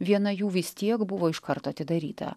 viena jų vis tiek buvo iš karto atidaryta